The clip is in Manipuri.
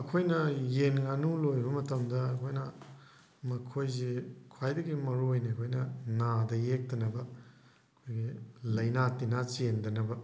ꯑꯩꯈꯣꯏꯅ ꯌꯦꯟ ꯉꯥꯅꯨ ꯂꯣꯏꯕ ꯃꯇꯝꯗ ꯑꯩꯈꯣꯏꯅ ꯃꯈꯣꯏꯁꯦ ꯈ꯭ꯋꯥꯏꯗꯒꯤ ꯃꯔꯨ ꯑꯣꯏꯅ ꯑꯩꯈꯣꯏꯅ ꯅꯥꯗ ꯌꯥꯛꯇꯅꯕ ꯑꯩꯈꯣꯏꯒꯤ ꯂꯥꯏꯅꯥ ꯇꯤꯟꯅꯥ ꯆꯦꯟꯗꯅꯕ